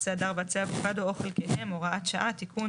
עצי הדר ועצי אבוקדו או חלקיהם) (הוראת שעה) (תיקון),